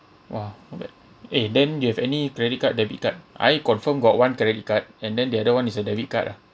!wah! okay eh then you have any credit card debit card I confirm got one credit card and then the other [one] is a debit card ah